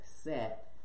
set